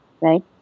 right